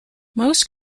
most